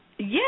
Yes